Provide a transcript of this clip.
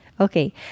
Okay